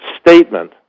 statement